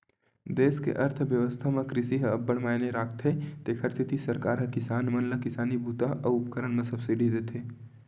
देस के अर्थबेवस्था म कृषि ह अब्बड़ मायने राखथे तेखर सेती सरकार ह किसान मन ल किसानी बूता अउ उपकरन म सब्सिडी देथे